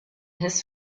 his